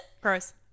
Gross